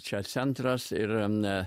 čia centras ir na